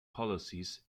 policies